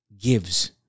gives